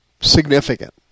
significant